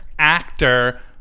Actor